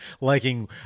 liking